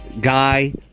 guy